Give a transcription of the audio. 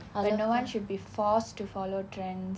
but no one should be forced to follow trends